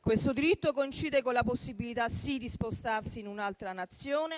Questo diritto coincide con la possibilità sì di spostarsi in un'altra Nazione,